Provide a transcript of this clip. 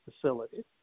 facility